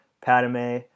Padme